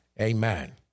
Amen